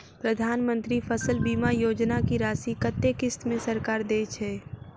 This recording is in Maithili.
प्रधानमंत्री फसल बीमा योजना की राशि कत्ते किस्त मे सरकार देय छै?